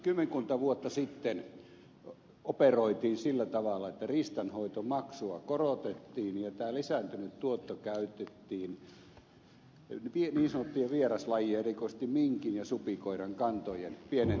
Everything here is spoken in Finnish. kymmenkunta vuotta sitten operoitiin sillä tavalla että riistanhoitomaksua korotettiin ja tämä lisääntynyt tuotto käytettiin niin sanottujen vieraslajien erikoisesti minkin ja supikoiran kantojen pienentämiseen